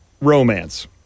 Romance